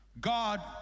God